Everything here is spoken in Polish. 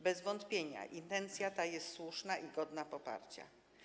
Bez wątpienia ta intencja jest słuszna i godna poparcia.